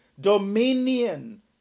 dominion